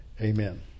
amen